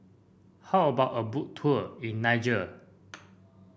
how about a Boat Tour in Niger